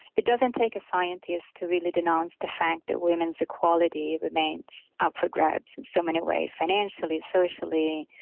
it doesn't take a scientist to really denounce the fact that women's equality remains up for grabs in so many ways, financially, socially,